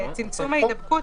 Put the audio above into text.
לגבי צמצום ההידבקות,